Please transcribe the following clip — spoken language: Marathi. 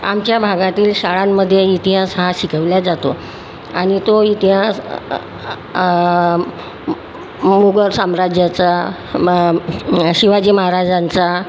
आमच्या भागातील शाळांमध्ये इतिहास हा शिकवला जातो आणि तो इतिहास मुघल साम्राज्याचा म शिवाजी महाराजांचा